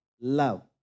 love